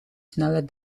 sneller